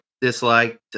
disliked